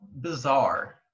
bizarre